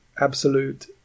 absolute